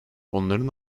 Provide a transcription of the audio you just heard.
onların